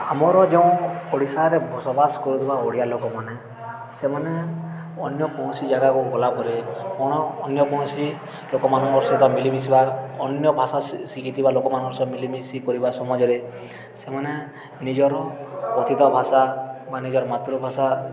ଆମର ଯେଉଁ ଓଡ଼ିଶାରେ ବସବାସ କରୁଥିବା ଓଡ଼ିଆ ଲୋକମାନେ ସେମାନେ ଅନ୍ୟ କୌଣସି ଜାଗାକୁ ଗଲା ପରେ କ'ଣ ଅନ୍ୟ କୌଣସି ଲୋକମାନଙ୍କ ସହିତ ମିଳିମିଶିବା ଅନ୍ୟ ଭାଷା ଶିଖିଥିବା ଲୋକମାନଙ୍କ ସହ ମିଳିମିଶି କରିବା ସମାଜରେ ସେମାନେ ନିଜର କଥିତ ଭାଷା ବା ନିଜର ମାତୃଭାଷା